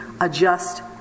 adjust